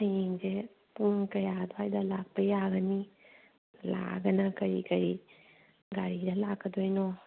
ꯍꯌꯦꯡꯁꯦ ꯄꯨꯡ ꯀꯌꯥ ꯑꯗꯥꯏꯗ ꯂꯥꯛꯄ ꯌꯥꯒꯅꯤ ꯂꯥꯛꯂꯒꯅ ꯀꯔꯤ ꯀꯔꯤ ꯒꯥꯔꯤꯗ ꯂꯥꯛꯀꯗꯣꯏꯅꯣ